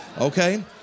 Okay